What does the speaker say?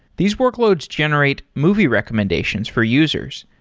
these workloads generate movie recommendations for users.